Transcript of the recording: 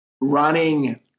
running